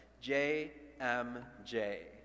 J-M-J